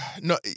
No